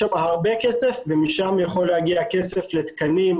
יש שם הרבה כסף ומשם יכול להגיע הכסף לתקנים,